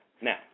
Now